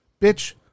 Bitch